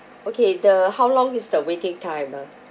okay the how long is the waiting time ah